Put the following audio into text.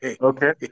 Okay